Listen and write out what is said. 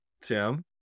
Tim